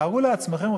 תארו לעצמכם,